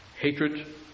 Hatred